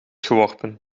geworpen